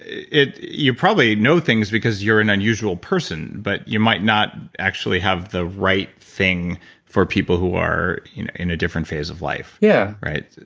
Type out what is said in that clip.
you probably know things because you're an unusual person, but you might not actually have the right thing for people who are in a different phase of life yeah right?